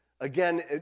Again